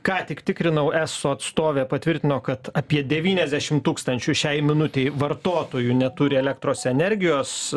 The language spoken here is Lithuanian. ką tik tikrinau eso atstovė patvirtino kad apie devyniasdešim tūkstančių šiai minutei vartotojų neturi elektros energijos